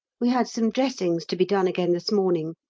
we had some dressings to be done again this morning,